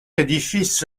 édifice